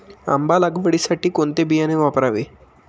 आंबा लागवडीसाठी कोणते बियाणे वापरावे?